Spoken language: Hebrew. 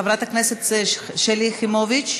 חברת הכנסת שלי יחימוביץ,